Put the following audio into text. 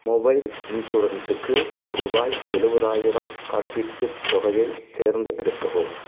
mobile இன்சூரன்ஸுக்கு ருபாய் எழுபதாயிரம் காப்பீட்டுத் தொகையை தேர்ந்து எடுக்கவும்